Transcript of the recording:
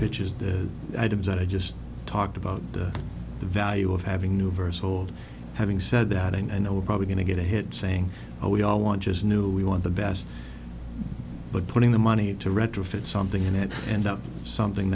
pitches the items that i just talked about the value of having new versus old having said that i know we're probably going to get a hit saying oh we all want as new we want the best but putting the money to retrofit something in it and up to something